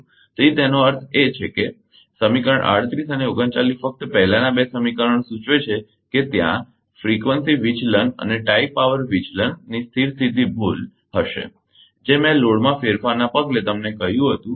તેથી એનો અર્થ એ કે સમીકરણ 38 અને 39 ફક્ત પહેલાનાં બે સમીકરણો સૂચવે છે કે ત્યાં ફ્રીકવંસી વિચલન અને ટાઇ પાવર વિચલનની સ્થિર સ્થિતી ભૂલ હશે જે મેં લોડમાં ફેરફારને પગલે તમને કહ્યું હતું